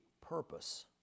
purpose